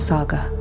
Saga